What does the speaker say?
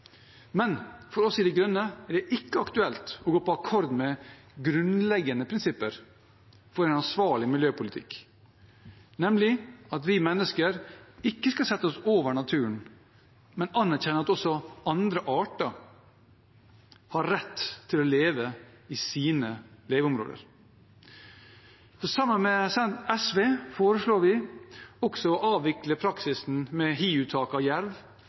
Men for oss i De Grønne er det ikke aktuelt å gå på akkord med grunnleggende prinsipper for en ansvarlig miljøpolitikk, nemlig at vi mennesker ikke skal sette oss over naturen, men anerkjenne at også andre arter har rett til å leve i sine leveområder. Sammen med SV foreslår vi også å avvikle praksisen med hiuttak av jerv.